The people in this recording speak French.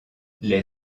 les